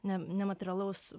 ne nematerialaus